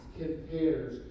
compares